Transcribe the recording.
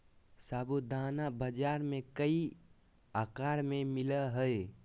साबूदाना बाजार में कई आकार में मिला हइ